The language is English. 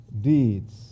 deeds